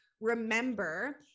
remember